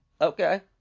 okay